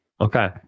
Okay